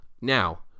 Now